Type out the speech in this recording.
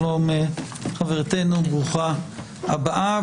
שלום חברתנו, ברוכה הבאה.